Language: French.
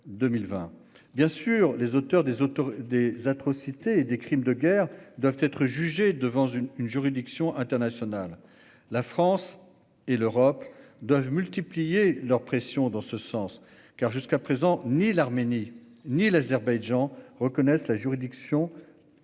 Bien sûr, les auteurs des atrocités et des crimes de guerre doivent être jugés devant une juridiction internationale. La France et l'Union européenne doivent multiplier leurs pressions en ce sens, car, jusqu'à présent, ni l'Arménie ni l'Azerbaïdjan ne reconnaissent la Cour pénale internationale,